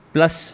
Plus